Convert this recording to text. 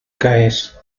caes